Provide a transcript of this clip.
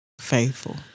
faithful